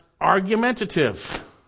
argumentative